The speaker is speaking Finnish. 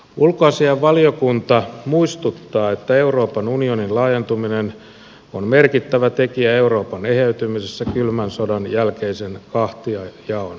ulkoasiainvaliokunta muistuttaa että euroopan unionin laajentuminen on merkittävä tekijä euroopan eheytymisessä kylmän sodan jälkeisen kahtiajaon jälkeen